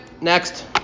next